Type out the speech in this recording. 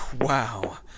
Wow